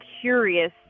curious